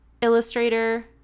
Illustrator